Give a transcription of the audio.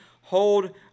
hold